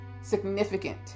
significant